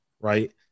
right